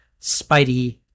spidey